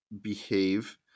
behave